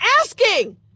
asking